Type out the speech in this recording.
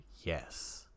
Yes